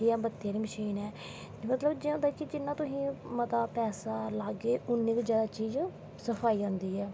ठीक ऐ बत्ती आह्ली मशीन ऐ एह् होंदा ऐ कि जिन्ना तुस पैस्सा लाह्गे उन्नी गै चीज़ सफाई आंदी ऐ